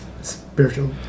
spiritual